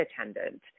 attendant